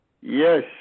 Yes